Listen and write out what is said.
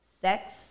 sex